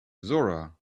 zora